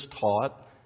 taught